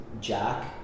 Jack